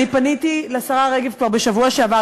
אני פניתי לשרה רגב כבר בשבוע שעבר,